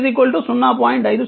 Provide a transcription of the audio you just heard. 5 second